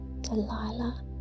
Delilah